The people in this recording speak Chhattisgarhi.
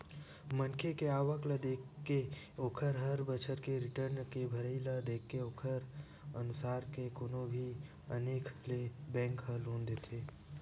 मनखे के आवक ल देखके ओखर हर बछर के रिर्टन के भरई ल देखके ओखरे अनुसार ले कोनो भी मनखे ल बेंक ह लोन देथे